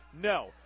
No